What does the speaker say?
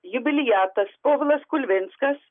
jubiliatas povilas kulvinskas